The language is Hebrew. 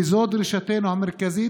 וזו דרישתנו המרכזית.